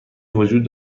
وجود